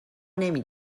نمی